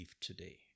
today